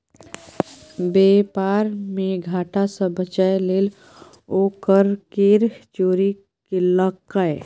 बेपार मे घाटा सँ बचय लेल ओ कर केर चोरी केलकै